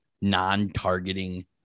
non-targeting